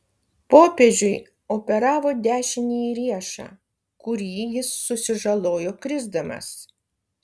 popiežiui operavo dešinįjį riešą kurį jis susižalojo krisdamas